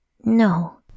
no